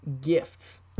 gifts